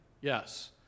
Yes